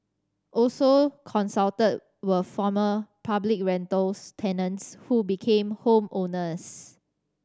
also consulted were former public rental tenants who became home owners